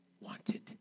wanted